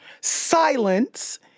Silence